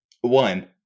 one